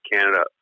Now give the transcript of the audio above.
Canada